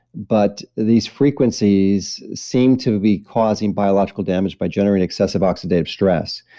but these frequencies seem to be causing biological damage by generating excessive oxidative stress.